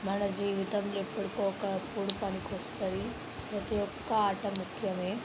మన జీవితంలో ఎప్పుడో ఒకప్పుడు పనికొస్తుంది ప్రతి ఒక్క ఆట ముఖ్యమే